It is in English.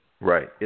Right